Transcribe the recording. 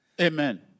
Amen